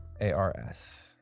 A-R-S